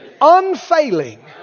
Unfailing